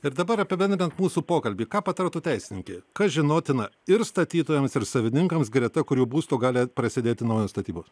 ir dabar apibendrinant mūsų pokalbį ką patartų teisininkė kas žinotina ir statytojams ir savininkams greta kurių būsto gali prasidėti naujos statybos